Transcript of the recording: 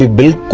ah be